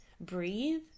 breathe